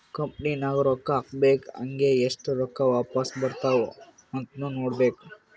company ನಾಗ್ ರೊಕ್ಕಾ ಹಾಕ್ಬೇಕ್ ಹಂಗೇ ಎಸ್ಟ್ ರೊಕ್ಕಾ ವಾಪಾಸ್ ಬರ್ತಾವ್ ಅಂತ್ನು ನೋಡ್ಕೋಬೇಕ್